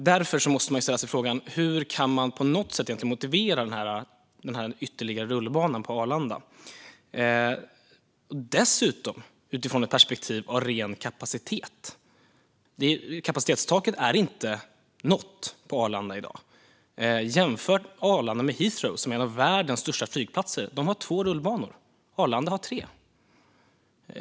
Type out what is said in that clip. Därför måste frågan ställas: Hur kan man på något sätt motivera en ytterligare rullbana på Arlanda - dessutom ur ett kapacitetsperspektiv? Kapacitetstaket på Arlanda är inte nått. På Heathrow, som är en av världens största flygplatser, har man två rullbanor. Arlanda har tre.